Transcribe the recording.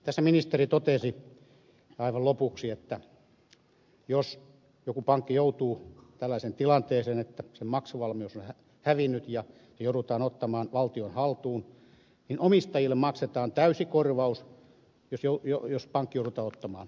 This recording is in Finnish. tässä ministeri totesi aivan lopuksi että jos joku pankki joutuu tällaiseen tilanteeseen että sen maksuvalmius on hävinnyt ja se joudutaan ottamaan valtion haltuun niin omistajille maksetaan täysi korvaus siis jos pankki joudutaan ottamaan valtion haltuun